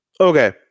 Okay